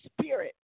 spirit